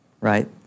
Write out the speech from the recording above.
right